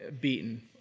beaten